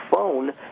phone